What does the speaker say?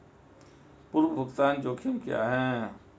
पूर्व भुगतान जोखिम क्या हैं?